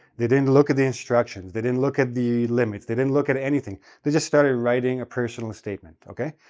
they didn't look at the instructions. they didn't look at the limits. they didn't look at anything. they just started writing a personal statement, okay?